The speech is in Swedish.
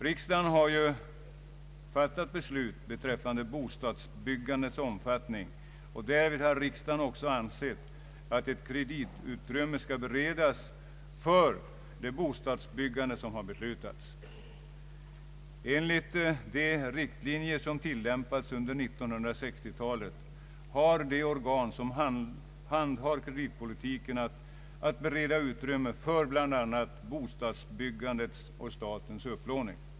Riksdagen har ju fattat beslut beträffande bostadsbyggandets omfattning, och därvid har riksdagen också ansett att ett kreditutrymme skall beredas för det bostadsbyggande som har beslutats. Enligt de riktlinjer som tillämpats under 1960-talet har de organ som handhar kreditpolitiken att bereda utrymme för bl.a. bostadsbyggandets och statens upplåning.